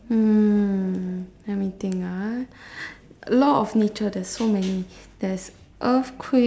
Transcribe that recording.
mm let me think ah law of nature there's so many there's